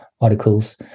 articles